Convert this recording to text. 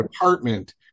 apartment